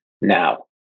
now